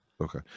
okay